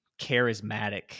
charismatic